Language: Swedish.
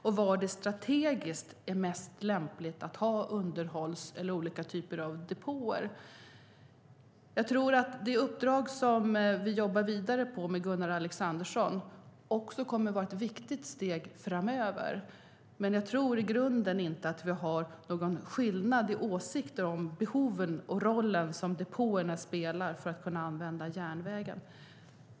Var är det strategiskt mest lämpligt att ha underhållsanläggningar och olika typer av depåer? Det uppdrag som vi jobbar vidare på med Gunnar Alexandersson kommer att vara ett viktigt steg framöver, men jag tror i grunden att vi inte har någon skillnad i åsikt om behoven och om den roll som depåerna spelar för att man ska kunna använda järnvägen.